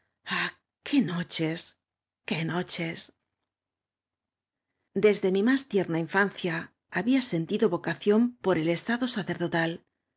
qué noches qué no ches desde mi más tierna infancia había sentido vocación por e estado sacerdotal